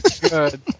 Good